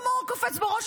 חמור קופץ בראש,